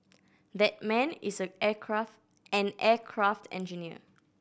that man is aircraft an aircraft engineer